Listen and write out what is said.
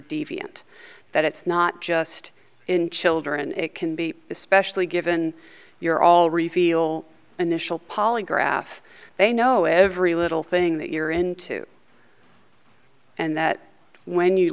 deviant that it's not just in children it can be especially given your all reveal an initial polygraph they know every little thing that you're into and that when you